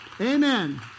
Amen